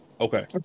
Okay